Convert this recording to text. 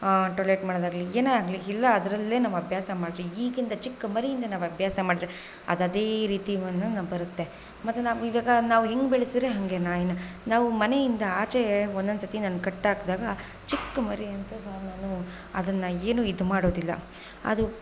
toilet ಮಾಡೋದಾಗಲಿ ಏನೇ ಆಗಲಿ ಎಲ್ಲ ಅದರಲ್ಲೇ ನಾವು ಅಭ್ಯಾಸ ಮಾಡಿ ಈಗಿಂದ ಚಿಕ್ಕ ಮರಿಯಿಂದಲೇ ನಾವು ಅಭ್ಯಾಸ ಮಾಡಿದ್ರೆ ಅದು ಅದೇ ರೀತಿ ಒಂದು ಬರುತ್ತೆ ಮತ್ತು ನಾವು ಇವಾಗ ಹೆಂಗೆ ಬೆಳಿಸ್ದ್ರೆ ಹಂಗೆ ನಾಯಿ ನಾವು ಮನೆಯಿಂದ ಆಚೆ ಒಂದೊಂದು ಸರ್ತಿ ನಾನು ಕಟ್ ಹಾಕಿದಾಗ ಚಿಕ್ಕ ಮರಿ ಅಂತ ನಾನು ಅದನ್ನು ಏನು ಇದು ಮಾಡೋದಿಲ್ಲ ಅದು